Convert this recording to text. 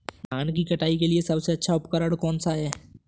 धान की कटाई के लिए सबसे अच्छा उपकरण कौन सा है?